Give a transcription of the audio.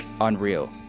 unreal